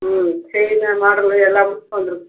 ம் chain model எல்லாமே வந்திருக்கு